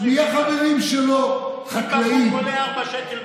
עולה 4 שקל,